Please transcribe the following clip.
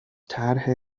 طرح